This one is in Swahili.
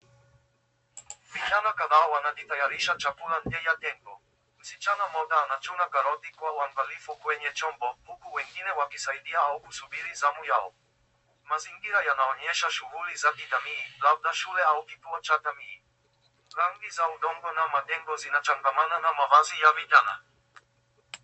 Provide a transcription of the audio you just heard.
Vijana kadhaa wanajitayarisha chakula juu ya tembo. Msichana mmoja anachuma karoti kwa uangalifu kwenye chombo huku wengine wakisaidia au kusubiri zamu yao. Mazingira yanaonyesha shughuli za kijamii labda shule au kituo cha jamii. Rangi za udongo na matembo zinachangamana na mavazi ya vijana.